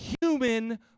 human